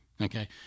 okay